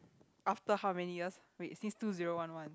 after how many years wait since two zero one one